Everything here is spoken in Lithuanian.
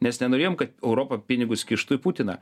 nes nenorėjom kad europa pinigus kištų į putiną